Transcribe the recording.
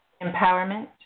empowerment